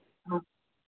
हाँ